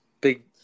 Big